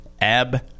Ab